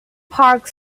park